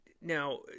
Now